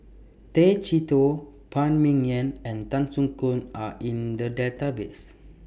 Tay Chee Toh Phan Ming Yen and Tan Soo Khoon Are in The Database